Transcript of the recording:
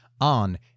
on